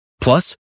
Plus